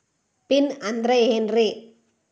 Pin ಅಂದ್ರೆ ಏನ್ರಿ?